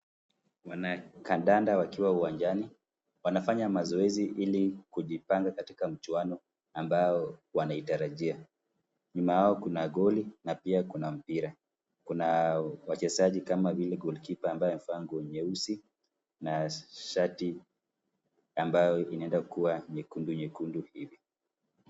Wanakandanda wakiwa uwanjani, wanafanya mazoezi ili kujipanga katika mchuano ambao wanaitarajia. Nyuma yao kuna goli na pia kuna mpira kuna wachezaji kama vile golikipa ambaye amevaa nguo nyeusi na shati ambayo inaenda kuwa nyekundu nyekundu hivi.